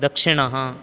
दक्षिणः